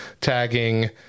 tagging